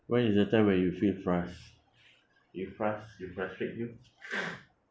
when is the time when you feel frus~ you frus~ it frustrate you